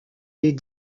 est